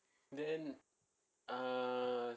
then err